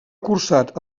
cursat